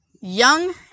young